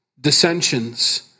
dissensions